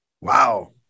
Wow